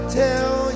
tell